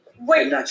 Wait